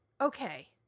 okay